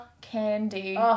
Candy